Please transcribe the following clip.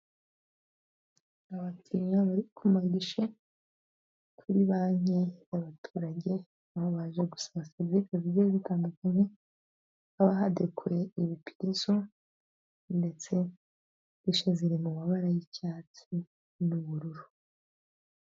Abakiriya bari ku magishe kuri banki y'abaturage aho baje gusaba serivisi zigiye zitandukanye, aho haba hadekoye ibiripizo ndetse gishe ziri mu mabara y'icyatsi n'ubururu.